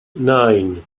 nine